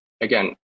Again